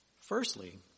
Firstly